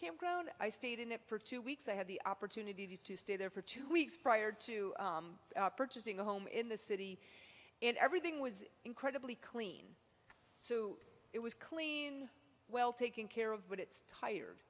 campground i stayed in it for two weeks i had the opportunity to stay there for two weeks prior to purchasing a home in the city and everything was incredibly clean so it was clean well taken care of but it's tired